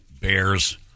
bears